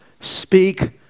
speak